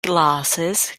glasses